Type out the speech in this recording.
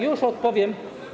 Już odpowiem.